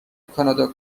کانادا